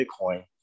Bitcoin